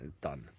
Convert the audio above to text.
done